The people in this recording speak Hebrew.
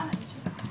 למדתי ממך.